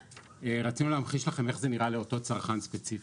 רצינו להמחיש לכם איך זה נראה לאותו צרכן ספציפי.